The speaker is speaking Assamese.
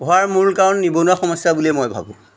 হোৱাৰ মূল কাৰণ নিবনুৱা সমস্যা বুলিয়ে মই ভাবো